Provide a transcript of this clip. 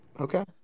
Okay